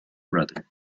brother